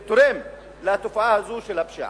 תורמים לתופעה הזו של הפשיעה.